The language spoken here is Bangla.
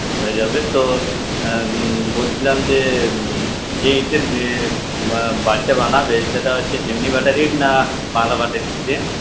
হয়ে যাবে তো বলছিলাম যে যে ইটের বাড়িটা বানাবে সেটা হচ্ছে চিমনি ভাঁটার ইট না